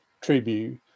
tribute